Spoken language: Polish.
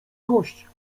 kość